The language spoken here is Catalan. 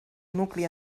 nucli